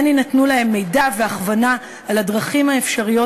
כן יינתנו להם מידע והכוונה על הדרכים האפשריות